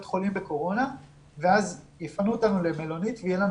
להיות חולים בקורונה ואז יפנו אותם למלונית ויהיה להם